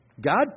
God